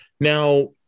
Now